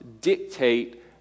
dictate